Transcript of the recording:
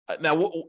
Now